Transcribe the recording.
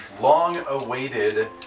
long-awaited